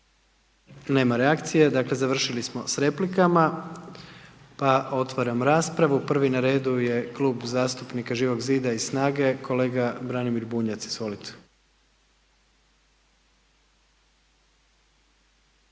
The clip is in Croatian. Nema reakcije, dakle završili smo s replikama, pa otvaram raspravu. Prvi na redu je Klub zastupnika Živog zida i SNAGA-e, kolega Branimir Bunjac. Izvolite.